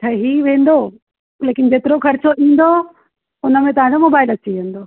ऐं हीअ वेंदो लेकिन जेतिरो ख़र्चो ईंदो उनमें तव्हांजो मोबाइल अची वेंदो